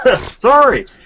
Sorry